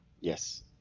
Yes